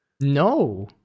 no